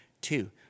Two